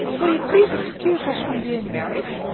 will you please excuse us from being married.